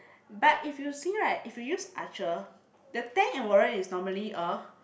but if you see right if you use archer the tank and warrior is normally a